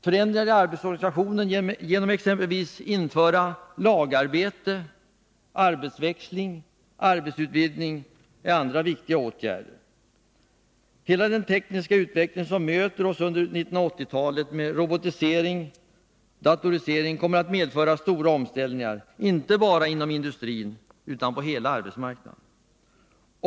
Förändringar i arbetsorganisationen genom att man exempelvis inför mer lagarbete, arbetsväxling och arbetsutvidgning är andra viktiga åtgärder. Hela den tekniska utveckling som möter oss under 1980-talet med robotisering och datorisering kommer att medföra stora omställningar, inte bara inom industrin utan på hela arbetsmarknaden.